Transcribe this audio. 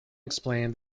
explained